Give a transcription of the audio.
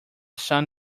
sun